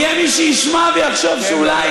יהיה מי שישמע ויחשוב שאולי